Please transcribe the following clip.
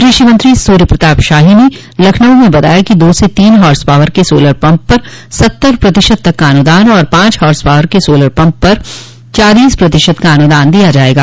कृषि मंत्री सूर्यप्रताप शाही ने लखनऊ में बताया कि दो से तीन हार्स पॉवर के सोलर पम्प पर सत्तर प्रतिशत का अनुदान तथा पांच हार्स पॉवर के सोलर पम्प पर चालीस प्रतिशत का अनुदान दिया जायेगा